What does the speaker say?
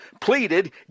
pleaded